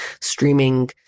streaming